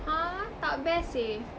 !huh! tak best seh